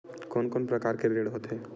कोन कोन प्रकार के ऋण होथे?